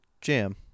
jam